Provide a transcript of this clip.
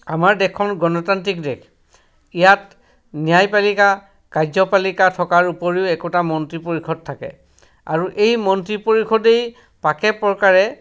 আমাৰ দেশখন গণতান্ত্ৰিক দেশ ইয়াত ন্যায়পালিকা কাৰ্যপালিকা থকাৰ উপৰিও একোটা মন্ত্ৰী পৰিষদ থাকে আৰু এই মন্ত্ৰী পৰিষদেই পাকে প্ৰকাৰে